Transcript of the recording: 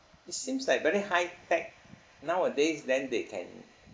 it seems like very high tech nowadays then they can